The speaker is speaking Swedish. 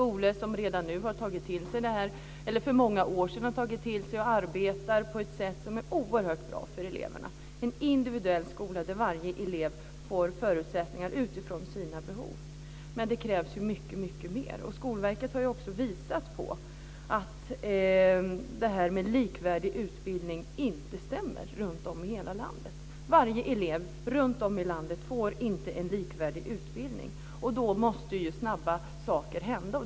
Det finns skolor som för många år sedan har tagit till sig detta och arbetar på ett sätt som är oerhört bra för eleverna. Det handlar om en individuell skola där varje elev får förutsättningar utifrån sina behov. Men det krävs ju mycket mer. Skolverket har ju också visat att utbildningen inte är likvärdig runtom i hela landet. Alla elever runtom i landet får inte en likvärdig utbildning. Då måste snabba saker hända.